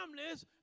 families